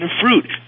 Fruit